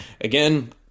Again